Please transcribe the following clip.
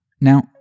Now